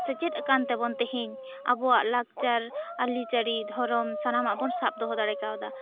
ᱥᱮᱪᱮᱫ ᱟᱠᱟᱱ ᱛᱮᱵᱚᱱ ᱛᱮᱦᱮᱧ ᱟᱵᱚᱣᱟᱜ ᱞᱟᱠᱪᱟᱨ ᱟᱹᱨᱤ ᱪᱟᱹᱞᱤ ᱫᱷᱚᱨᱚᱢ ᱥᱟᱱᱟᱢᱟᱜ ᱵᱚᱱ ᱥᱟᱵ ᱫᱚᱦᱚ ᱫᱟᱲᱮᱠᱟᱣᱫᱟ